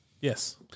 Yes